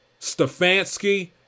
Stefanski